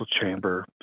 chamber